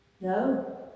No